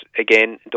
again